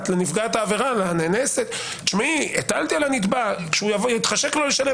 העבירה שהוא הטיל על הנתבע והוא ישלם כשיתחשק לו,